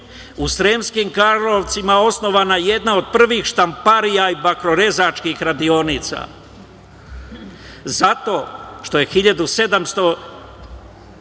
u Sremskim Karlovcima osnovana jedna od privih štamparija i bakrorezačkih radionica. Zato što je 1792.